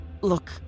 look